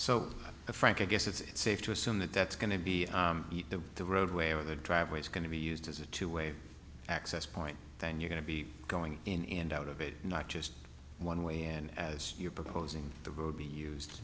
so frank i guess it's safe to assume that that's going to be the roadway of the driveways going to be used as a two way access point then you're going to be going in and out of it not just one way and as you're proposing the road be used